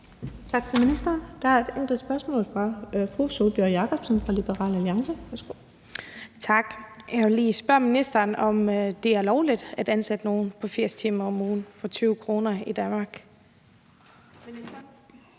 Tak til ministeren. Der er et enkelt spørgsmål fra fru Sólbjørg Jakobsen fra Liberal Alliance. Værsgo. Kl. 14:04 Sólbjørg Jakobsen (LA): Tak. Jeg vil lige spørge ministeren, om det er lovligt at ansætte nogen i 80 timer om ugen for 20 kr. i timen i Danmark.